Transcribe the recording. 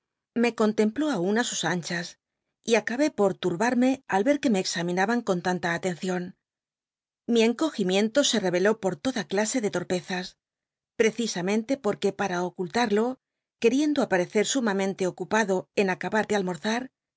me contempl ó aun ai sus anchas y acabé por llubarmc al ver que me examinaban con tanta atcncion mi encogimiento se eveló por toda clase de torpezas precisamente porque para ocultarlo quicndo apa'ccci sumamente ocupado en acabar de ilmorzar